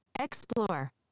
Explore